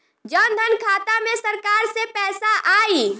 जनधन खाता मे सरकार से पैसा आई?